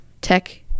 tech